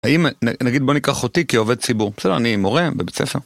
האם... נגיד בוא ניקח אותי כעובד ציבור, בסדר, אני מורה בבית הספר.